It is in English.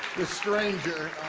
the stranger,